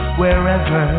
wherever